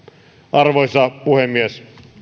arvoisa puhemies